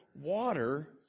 water